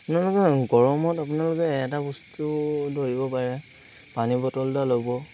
গৰমত আপোনালোকে এটা বস্তু ধৰিব পাৰে পানী বটল এটা ল'ব